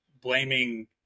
blaming